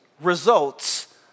results